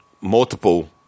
multiple